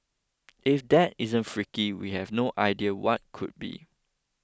if that isn't freaky we have no idea what could be